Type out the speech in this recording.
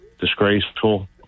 disgraceful